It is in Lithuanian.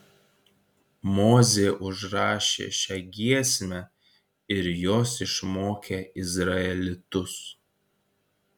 mozė užrašė šią giesmę ir jos išmokė izraelitus